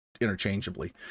interchangeably